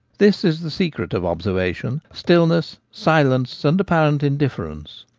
this is the secret of observation stillness, silence, and apparent indifference.